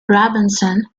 robinson